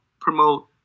promote